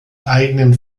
eigenen